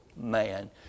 man